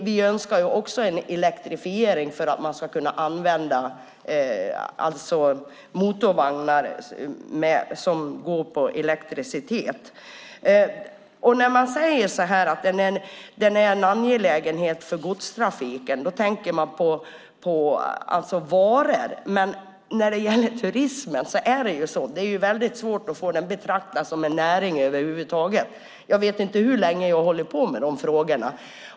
Vi önskar också en elektrifiering för att man ska kunna använda motorvagnar som går på elektricitet. När det sägs att banan är en angelägenhet för godstrafiken tänker man på varor. Det är svårt att få turismen betraktad som en näring över huvud taget. Jag vet inte hur länge jag har arbetat med dessa frågor.